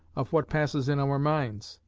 of what passes in our minds.